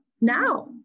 now